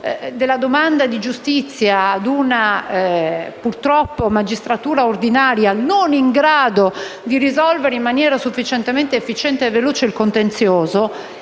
della domanda di giustizia a una magistratura ordinaria purtroppo non in grado di risolvere in maniera sufficientemente efficiente e veloce il contenzioso,